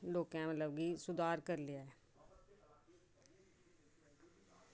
लोकें मतलब कि सुधार करी लेआ ऐ